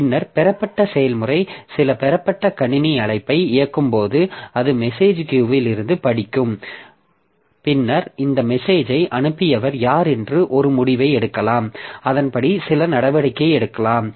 பின்னர் பெறப்பட்ட செயல்முறை சில பெறப்பட்ட கணினி அழைப்பை இயக்கும் போது அது மெசேஜ் கியூவில் இருந்து படிக்கும் பின்னர் இந்த மெசேஜை அனுப்பியவர் யார் என்று ஒரு முடிவை எடுக்கலாம் அதன்படி சில நடவடிக்கை எடுக்கலாம்